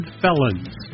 felons